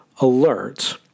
alerts